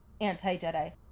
anti-Jedi